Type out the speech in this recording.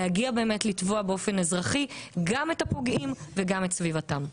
להגיע לתבוע באופן אזרחי גם את הפוגעים וגם את סביבתם.